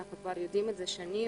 אנחנו יודעים את זה כבר שנים,